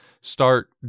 start